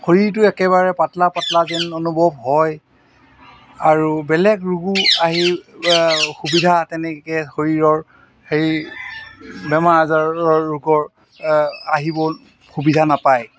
শৰীৰটো একেবাৰে পাতলা পাতলা যেন অনুভৱ হয় আৰু বেলেগ ৰোগো আহি সুবিধা তেনেকৈ শৰীৰৰ সেই বেমাৰ আজাৰৰ ৰোগৰ আহিবও সুবিধা নাপায়